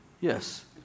Yes